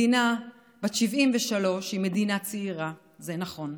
מדינה בת 73 היא מדינה צעירה, זה נכון,